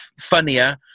funnier